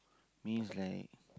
means like